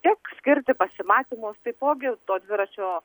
tiek skirti pasimatymus taipogi to dviračio